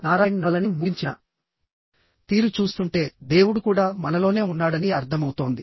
నారాయణ్ నవలని ముగించిన తీరు చూస్తుంటే దేవుడు కూడా మనలోనే ఉన్నాడని అర్థమౌతోంది